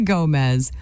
Gomez